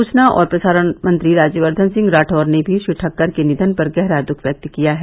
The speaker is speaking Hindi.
सूचना और प्रसारण मंत्री राज्यवर्धन सिंह राठौर ने भी श्री ठक्कर के निधन पर गहरा दुख व्यक्त किया है